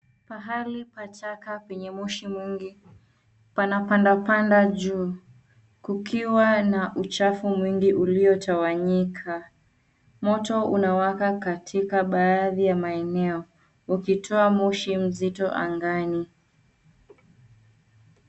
Pahali pachaka peye moshi mingi pana pandapanda juu, kukiwa na uchafu mwingi uliotawanyika, moto unawaka katika baadhi ya maeneo ukitoa moshi nzito angani.